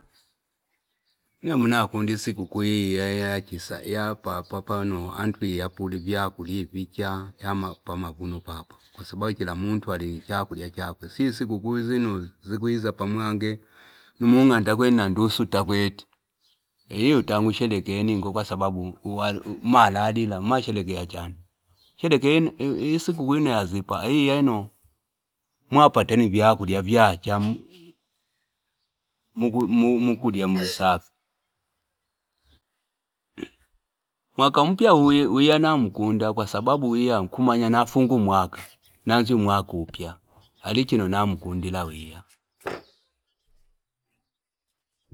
Nemwi nakunda sikukuu iya chisa papa pano ayantu iyapula vyakula ama pamavuno papa kwa sababu chila muntu alini chakulya chakwe sio sikukuu zino zikwiza pamwi nandi usu utakweti iyo utange ushereke ningo kwa sababu umalalila umasherekea chani sherekeni sikukuu yino yazipa iya yinu mwapata ni vyakula vya chamu mukulya mumasaka mwaka mpya wiya namkunda kwa sababu wiya kumanaya nafunga u mwaka nanzya mwaka upya ya alichino na mkundila wiya.